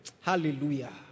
Hallelujah